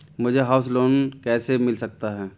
मुझे house loan कैसे मिल सकता है?